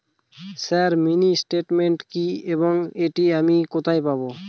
Sir mini statement কি এবং এটি আমি কোথায় পাবো?